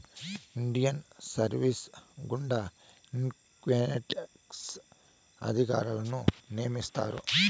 Indian service గుండా income tax అధికారులను నియమిత్తారు